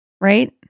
Right